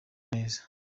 neza